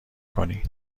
کنی